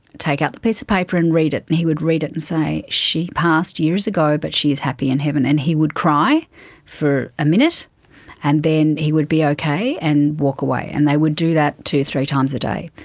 take out a piece of paper and read it. and he would read it and say, she passed years ago but she is happy in heaven. and he would cry for a minute and then he would be okay and walk away. and they would do that two or three times a day.